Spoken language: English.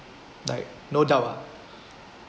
like no doubt ah